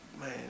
man